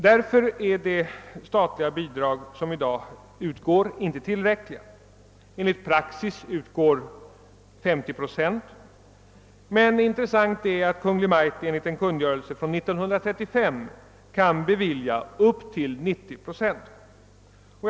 Därför är de statliga bidrag som i dag utgår inte tillräckliga. Enligt praxis utgår bidrag med 50 procent av kostnaderna, men intressant är att Kungl. Maj:t enligt en kungörelse från år 1935 kan bevilja bidrag med upp till 90 procent av kostnaderna.